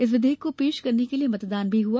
इस विधेयक को पेश करने के लिये मतदान भी हुआ